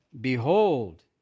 behold